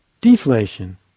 deflation